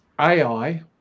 AI